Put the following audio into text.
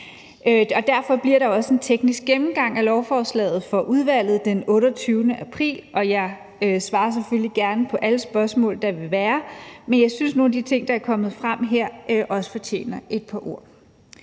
Derfor bliver der også en teknisk gennemgang af lovforslaget for udvalget den 28. april, og jeg svarer selvfølgelig gerne på alle spørgsmål, der vil være, men jeg synes, at nogle af de ting, der er kommet frem her, også fortjener et par ord.